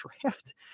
draft